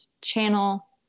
channel